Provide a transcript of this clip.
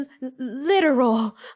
literal